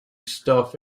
stuff